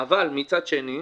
אבל מצד שני,